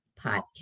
Podcast